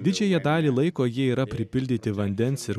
didžiąją dalį laiko jie yra pripildyti vandens ir